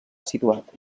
situat